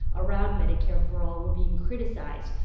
around medicare for all were being criticized.